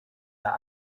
der